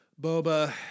Boba